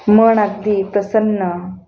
मन अगदी प्रसन्न